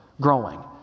growing